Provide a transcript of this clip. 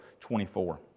24